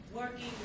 Working